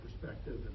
perspective